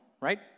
right